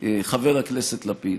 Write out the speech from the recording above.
חבר הכנסת לפיד: